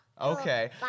Okay